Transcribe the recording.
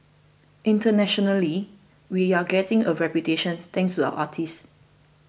internationally we're getting a reputation thanks to our artists